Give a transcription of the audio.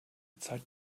zeit